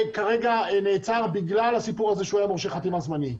שכרגע נעצר בגלל הסיפור הזה שהוא היה מורשה חתימה זמני.